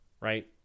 right